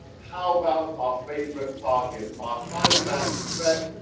how about our favorite target, our high value threat,